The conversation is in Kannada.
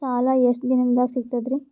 ಸಾಲಾ ಎಷ್ಟ ದಿಂನದಾಗ ಸಿಗ್ತದ್ರಿ?